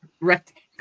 rectangle